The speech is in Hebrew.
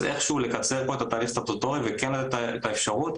אז איכשהו לקצר פה את התהליך הסטטוטורי ולתת פה את האפשרות,